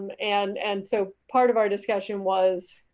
and and and so part of our discussion was